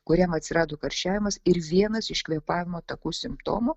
kuriem atsirado karščiavimas ir vienas iš kvėpavimo takų simptomų